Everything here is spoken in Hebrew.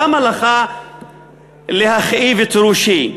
למה לך להכאיב את ראשי?